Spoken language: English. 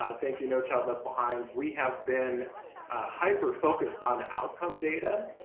um thank you no child left behind we have been hyper focused on outcome data.